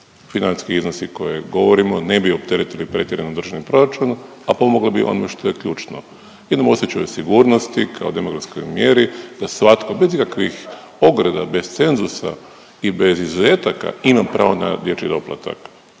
Financijski iznosi koje govorimo ne bi opteretili pretjerano Državni proračun, a pomogli bi ono što je ključno. Jednom osjećaju sigurnosti kao demografskoj mjeri da svatko bez ikakvih ograda, bez cenzusa i bez izuzetaka ima pravo na dječji doplatak.